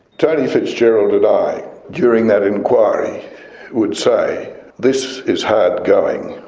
tony fitzgerald and i during that inquiry would say this is hard going.